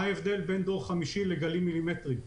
מה ההבדל בין דור חמישי לגלים מילימטריים.